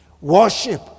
Worship